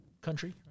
country